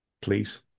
Please